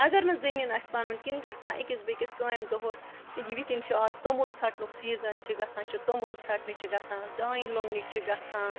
اَگر نہٕ زٔمیٖن آسہِ پَنُن کِہیٖنۍ گژھان أکِس بیٚکِس کامہِ دۄہَس ییٚکیٛاہ وٕنۍکٮ۪ن چھِ آز توٚمُل ژھَٹنُک سیٖزَن چھِ گژھان چھِ توٚمُل ژھَٹنہِ چھِ گژھان دانہِ لونٛنہِ چھِ گژھان